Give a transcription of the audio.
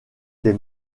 des